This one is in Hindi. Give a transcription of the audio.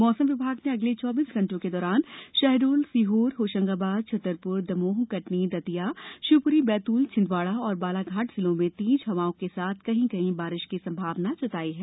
मौसम विभाग ने अगले चौबीस घण्टों के दौरान शहडोल सीहोर होशंगाबाद छतरपुर दमोह कटनी दतिया शिवपुरी बैतल छिंदवाडा और बालाघाट जिलो में तेज हवाओं के साथ कहीं कहीं बारिश की संभावना जताई है